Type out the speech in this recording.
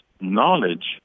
knowledge